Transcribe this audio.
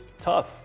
tough